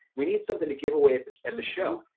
we need something to give away at the and the show.